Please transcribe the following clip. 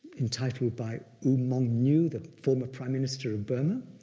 entitled by u maung nu, the former prime minister of burma,